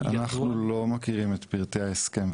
אנחנו לא מכירים את פרטי ההסכם,